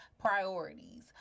Priorities